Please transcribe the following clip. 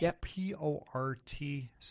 P-O-R-T